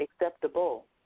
acceptable